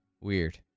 weird